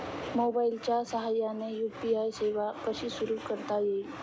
मोबाईलच्या साहाय्याने यू.पी.आय सेवा कशी सुरू करता येईल?